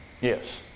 Yes